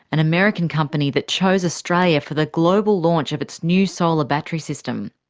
an american company that chose australia for the global launch of its new solar battery system.